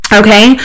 okay